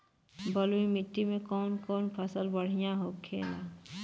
बलुई मिट्टी में कौन कौन फसल बढ़ियां होखेला?